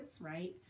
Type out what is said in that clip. right